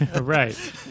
Right